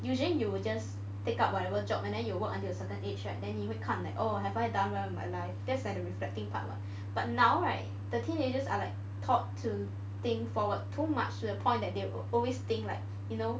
usually you will just take up whatever job and then you will work until a certain age right then 你会看 like oh have I done well in my life that's like the reflecting part [what] but now right the teenagers are like taught to think forward too much to the point that they will always think like you know